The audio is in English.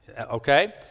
okay